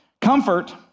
Comfort